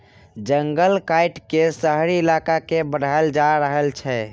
जंगल काइट के शहरी इलाका के बढ़ाएल जा रहल छइ